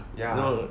ya